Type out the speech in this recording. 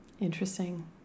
Interesting